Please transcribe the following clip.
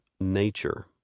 nature